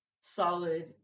solid